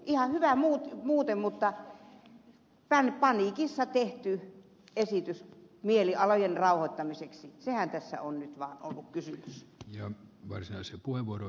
ihan hyvä muuten mutta tämä on paniikissa tehty esitys mielialojen rauhoittamiseksi siitähän tässä nyt vaan on ollut kysymys